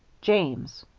james.